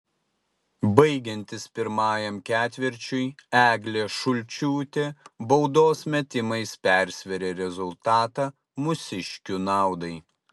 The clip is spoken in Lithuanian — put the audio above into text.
baigiantis pirmajam ketvirčiui eglė šulčiūtė baudos metimais persvėrė rezultatą mūsiškių naudai